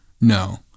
No